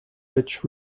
which